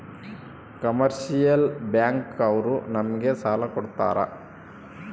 commercial bank ಅವ್ರು ನಮ್ಗೆ ಸಾಲ ಕೊಡ್ತಾರ